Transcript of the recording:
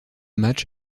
match